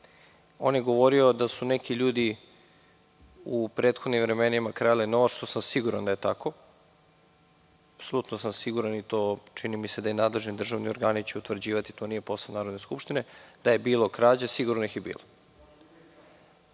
On je govorio da su neki ljudi u prethodnim vremenima krali novac, što sam siguran da je tako. Apsolutno sam siguran i čini mi se da će to i nadležni državni organi utvrđivati, to nije posao Narodne skupštine. Da je bilo krađa, sigurno da ih